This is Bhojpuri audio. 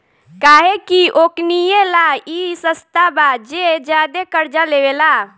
काहे कि ओकनीये ला ई सस्ता बा जे ज्यादे कर्जा लेवेला